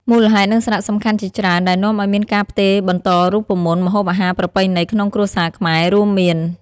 មូលហេតុ និងសារៈសំខាន់ជាច្រើនដែលនាំឱ្យមានការផ្ទេរបន្តរូបមន្តម្ហូបអាហារប្រពៃណីក្នុងគ្រួសារខ្មែរ រួមមាន៖